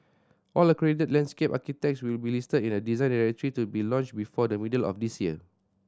all accredited landscape architects will be listed in a Design Directory to be launched before the middle of this year